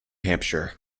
hampshire